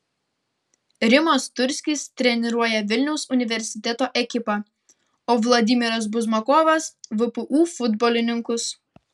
rimas turskis treniruoja vilniaus universiteto ekipą o vladimiras buzmakovas vpu futbolininkus